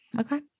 Okay